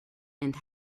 and